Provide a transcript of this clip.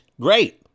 great